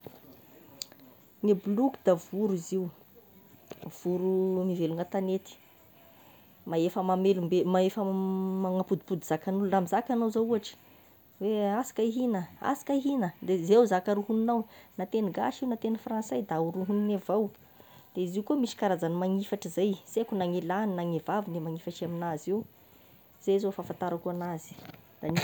Gne boloky da voro izy io, voro mivelogna an-tanety, mahefa mamelombelo- mahefa magnapodipody zakan'olo, mizaka anao zao ohatry hoe asika ihigna asika ihigna la zay zaka rohonignao na teny gasy io na teny fransay da horohonony avao, dia izy io koa misy karazany magnifatry zay, sy aiko na gne ny lahy na gne vavy no magnifatra amign'azy io zay zao fahafantarako anazy